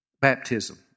baptism